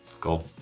Cool